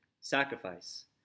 sacrifice